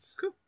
Cool